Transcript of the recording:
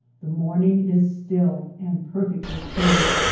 the morning is still and perfectly clear.